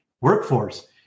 workforce